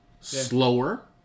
slower